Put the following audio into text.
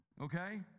okay